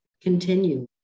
continue